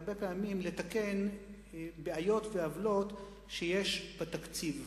הרבה פעמים, לתקן בעיות ועוולות שיש בתקציב.